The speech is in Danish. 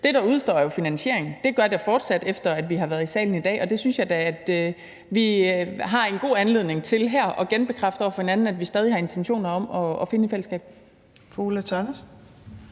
Det, der udestår, er jo finansieringen. Det gør den fortsat, efter at vi har været i salen i dag, og den synes jeg da vi her har en god anledning til at genbekræfte over for hinanden vi stadig har en intention om at finde i fællesskab.